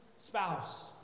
spouse